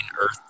Earth